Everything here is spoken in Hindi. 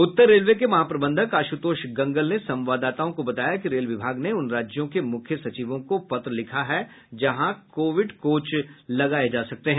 उत्तर रेलवे के महाप्रबंधक आशुतोष गंगल ने संवाददाताओं को बताया कि रेल विभाग ने उन राज्यों के मुख्य सचिवों को पत्र लिखा है जहां कोविड कोच लगाए जा सकते हैं